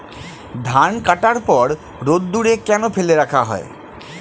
ধান কাটার পর রোদ্দুরে কেন ফেলে রাখা হয়?